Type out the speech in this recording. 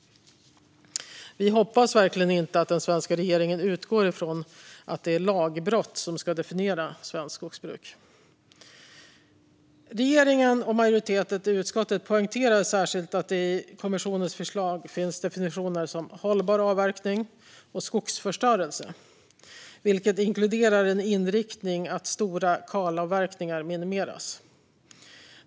Vi hoppas verkligen inte att den svenska regeringen utgår från att det är lagbrott som ska definiera svenskt skogsbruk. Subsidiaritetsprövning av kommissionens förslag till förordning om utsläppande på unionens marknad och export från unionen av vissa råvaror och pro-dukter som är förknip-pade med avskogning och skogsförstörelse Regeringen och majoriteten i utskottet poängterar särskilt att det i kommissionens förslag finns definitioner som "hållbar avverkning" och "skogsförstörelse", vilket inkluderar en inriktning att "stora kalavverkningar minimeras".